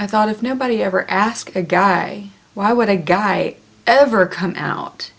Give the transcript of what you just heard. i thought if nobody ever asked a guy why would a guy ever come out